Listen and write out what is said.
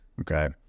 okay